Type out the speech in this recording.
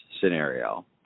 scenario